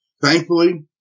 Thankfully